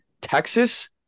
Texas